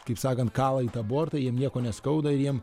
kaip sakant kala į tą bortą jiem nieko neskauda ir jiem